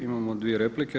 Imamo dvije replike.